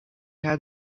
had